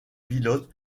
pilotes